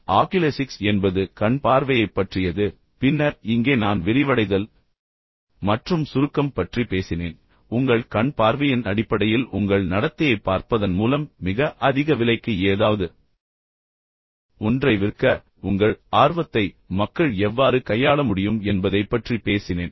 oculesics என்பது கண் பார்வையைப் பற்றியது பின்னர் இங்கே நான் விரிவடைதல் மற்றும் சுருக்கம் பற்றி பேசினேன் மேலும் உங்கள் கண் பார்வையின் அடிப்படையில் உங்கள் நடத்தையைப் பார்ப்பதன் மூலம் மிக அதிக விலைக்கு ஏதாவது ஒன்றை விற்க உங்கள் ஆர்வத்தை மக்கள் எவ்வாறு கையாள முடியும் என்பதைப் பற்றி பேசினேன்